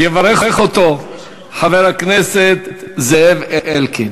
יברך אותו חבר הכנסת זאב אלקין.